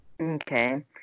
Okay